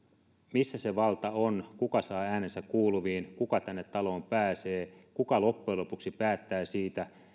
missä se valta on kuka saa äänensä kuuluviin kuka tänne taloon pääsee kuka loppujen lopuksi päättää siitä